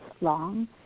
long